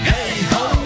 Hey-ho